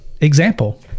example